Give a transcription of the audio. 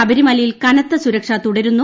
ശബരിമലയിൽ കനത്ത സുരക്ഷ തുടരുന്നു